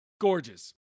Gorgeous